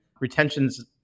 retention's